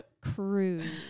Cruise